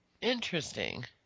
Interesting